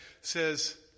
says